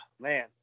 man